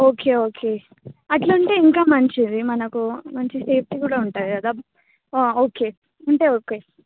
okay okay అట్లుంటే ఇంకా మంచిది మనకు మంచి సేఫ్టీ కూడా ఉంటాయి కదా ఓకే ఉంటే ఓకే